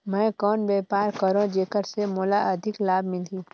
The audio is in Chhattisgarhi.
मैं कौन व्यापार करो जेकर से मोला अधिक लाभ मिलही?